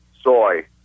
Soy